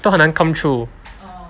都很难 come true